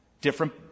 Different